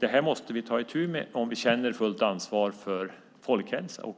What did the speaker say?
Det här måste vi ta itu med om vi känner fullt ansvar för folkhälsan.